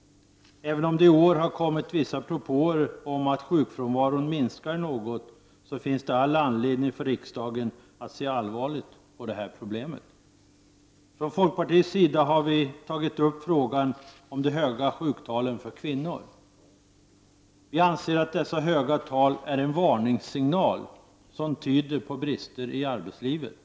Även om det i år har kunnat skönjas tecken som visar att sjukfrånvaron minskar något, finns det all anledning för riksdagen att se allvarligt på problemet. Från folkpartiets sida har vi tagit upp frågan om de höga sjuktalen för kvinnor. Vi anser att dessa höga tal är en varningssignal och tyder på brister i arbetslivet.